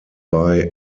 bei